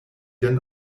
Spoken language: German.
dann